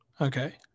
Okay